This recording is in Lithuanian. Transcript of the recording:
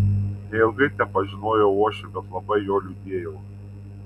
neilgai tepažinojau uošvį bet labai jo liūdėjau